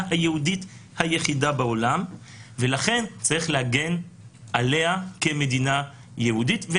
היהודית היחידה בעולם ולכן צריך להגן עליה כמדינה יהודית.